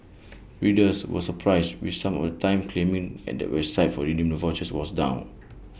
readers were surprised with some at the time claiming and the website for redeeming the vouchers was down